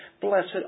Blessed